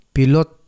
Pilot